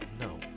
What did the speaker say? No